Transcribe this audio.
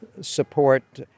support